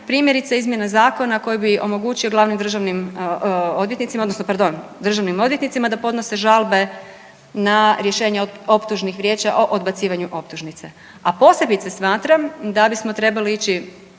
Primjerice izmjene zakona koji bi omogućio glavnim državnim odvjetnicima, odnosno pardon državnim odvjetnicima da podnose žalbe na rješenja optužnih vijeća o odbacivanju optužnice, a posebice smatram da bismo trebali ići